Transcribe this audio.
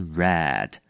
red